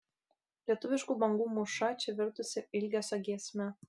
lietuviškų bangų mūša čia virtusi ilgesio giesme